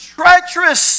treacherous